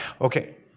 Okay